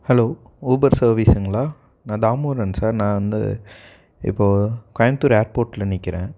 hello Uber சர்விஸுங்களா நான் Damodaran sir நான் வந்து இப்போ கோயம்புத்தூர் ஏர்போர்ட்டில் நிற்கிறேன்